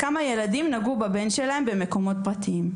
כמה ילדים נגעו בבן שלהם במקומות פרטיים,